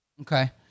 Okay